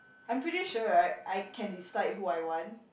I'm pretty sure right I can decide who I want